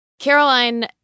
Caroline